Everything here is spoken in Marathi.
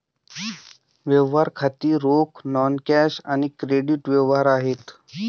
व्यवहार खाती रोख, नॉन कॅश आणि क्रेडिट व्यवहार आहेत